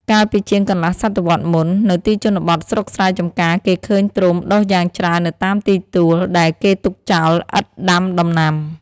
កាលពីជាងកន្លះសតវត្សមុន នៅទីជនបទស្រុកស្រែចម្ការ គេឃើញត្រុំដុះយ៉ាងច្រើននៅតាមទីទួល ដែលគេទុកចោលឥតដាំដំណាំ។